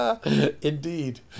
indeed